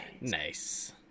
Nice